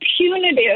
punitive